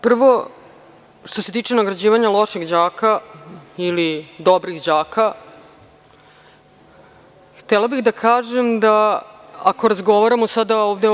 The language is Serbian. Prvo, što se tiče nagrađivanja loših đaka ili dobrih đaka, htela bih da kažem, ako razgovaramo sada ovde…